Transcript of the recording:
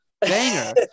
banger